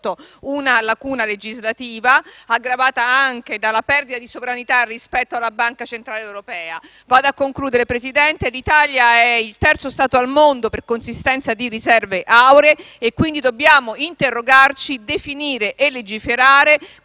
una lacuna legislativa, aggravata anche dalla perdita di sovranità rispetto alla Banca centrale europea. Concludendo, signor Presidente, l'Italia è il terzo Stato al mondo per consistenza di riserve auree e quindi dobbiamo interrogarci, definire la